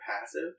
passive